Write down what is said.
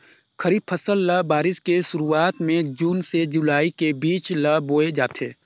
खरीफ फसल ल बारिश के शुरुआत में जून से जुलाई के बीच ल बोए जाथे